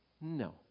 No